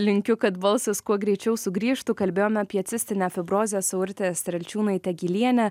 linkiu kad balsas kuo greičiau sugrįžtų kalbėjome apie cistinę fibrozę su urte strelčiūnaite gyliene